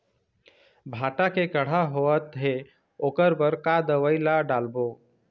भांटा मे कड़हा होअत हे ओकर बर का दवई ला डालबो?